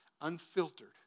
Unfiltered